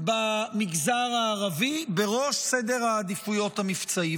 במגזר הערבי בראש סדר העדיפויות המבצעי,